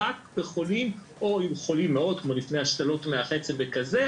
רק בחולים או חולים מאוד כמו לפני השתלות מח עצם וכזה,